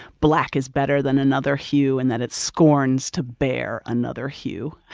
black is better than another hue and that it scorns to bear another hue.